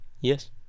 Yes